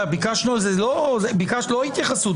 לא ביקשנו התייחסות,